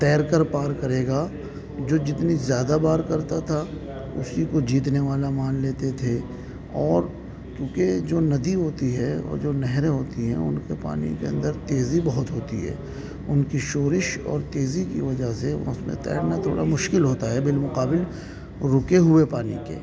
تیر کر پار کرے گا جو جتنی زیادہ بار کرتا تھا اسی کو جیتنے والا مان لیتے تھے اور کیونکہ جو ندی ہوتی ہے اور جو نہریں ہوتی ہیں ان کے پانی کے اندر تیزی بہت ہوتی ہے ان کی شورش اور تیزی کی وجہ سے اس میں تیرنا تھوڑا مشکل ہوتا ہے بالمقابل رکے ہوئے پانی کے